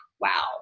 wow